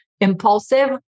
impulsive